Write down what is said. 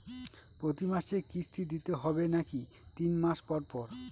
প্রতিমাসে কিস্তি দিতে হবে নাকি তিন মাস পর পর?